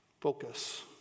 focus